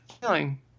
feeling